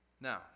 Now